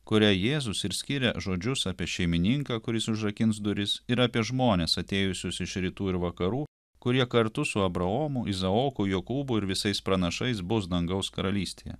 kuriai jėzus ir skiria žodžius apie šeimininką kuris užrakins duris ir apie žmones atėjusius iš rytų ir vakarų kurie kartu su abraomu izaoku jokūbu ir visais pranašais bus dangaus karalystėje